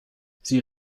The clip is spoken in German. sie